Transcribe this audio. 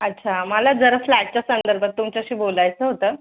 अच्छा मला जरा फ्लॅटच्या संदर्भात तुमच्याशी बोलायचं होतं